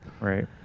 Right